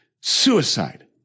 suicide